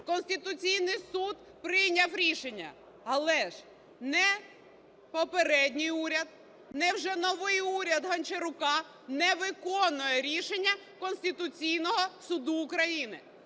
Конституційний Суд прийняв рішення, але ж ні попередній уряд, ні вже новий уряд Гончарука не виконує рішення Конституційного Суду України.